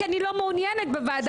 אני לא מעוניינת שהוא יתייעץ